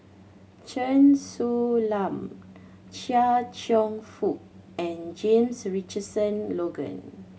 Chen Su Lan Chia Cheong Fook and James Richardson Logan